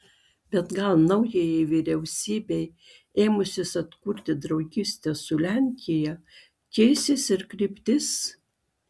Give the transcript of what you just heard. bet gal naujajai vyriausybei ėmusis atkurti draugystę su lenkija keisis ir kryptis